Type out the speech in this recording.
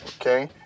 Okay